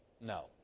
No